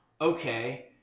okay